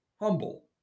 humble